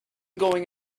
going